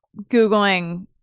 googling